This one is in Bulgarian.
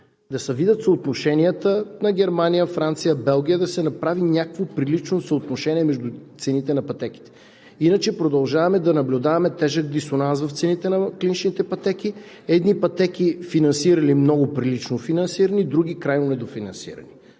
да се видят съотношенията на Германия, Франция и Белгия, да се направи някакво съотношение между цените на пътеките. Иначе продължаваме да наблюдаваме тежък дисонанс в цените. Едни пътеки – много прилично финансирани, други – крайно недофинансирани.